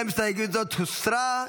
גם הסתייגות זו הוסרה.